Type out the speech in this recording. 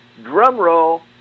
drumroll